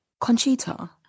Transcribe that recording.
Conchita